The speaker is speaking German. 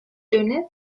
dünne